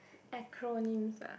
acronyms ah